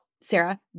sarah